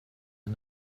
are